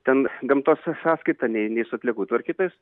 ten gamtos sąskaita nei nei su atliekų tvarkytojas